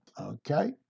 Okay